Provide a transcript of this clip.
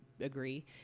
agree